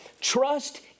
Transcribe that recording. trust